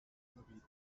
überbieten